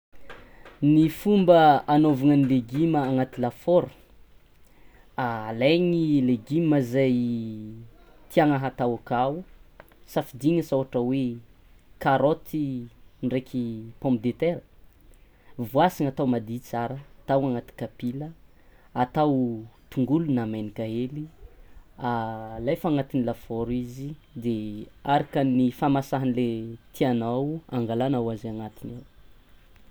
Ny fomba hanaovana ny legioma anaty lafaoro alaigny legioma zay tiagna atao akao, safidigny asa ohatra hoe karaoty, ndraiky pomme de tera voasana atao madio tsara atao agnaty kapila atao tongolo na menaka hely alefa agnatin'ny lafaoro izy de araka ny fahamasahany le tianao angalanao azy anatiny igny.